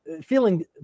feeling